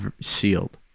sealed